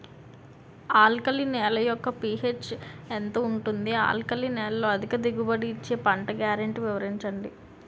Alkali నేల యెక్క PH ఎంత ఉంటుంది? ఆల్కలి నేలలో అధిక దిగుబడి ఇచ్చే పంట గ్యారంటీ వివరించండి?